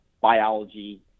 biology